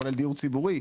כולל דיור ציבורי,